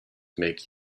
make